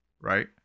right